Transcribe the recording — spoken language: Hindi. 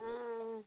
हाँ